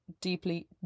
deeply